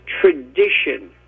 tradition